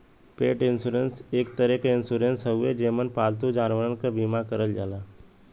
पेट इन्शुरन्स एक तरे क इन्शुरन्स हउवे जेमन पालतू जानवरन क बीमा करल जाला